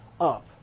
up